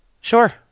Sure